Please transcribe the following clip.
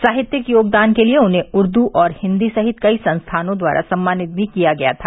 साहित्यिक योगदान के लिये उन्हें उर्दू और हिन्दी सहित कई संस्थानों द्वारा सम्मानित भी किया गया था